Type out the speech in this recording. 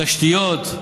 תשתיות,